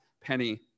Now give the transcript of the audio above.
penny